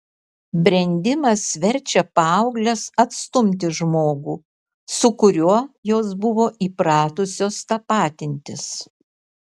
brendimas verčia paaugles atstumti žmogų su kuriuo jos buvo įpratusios tapatintis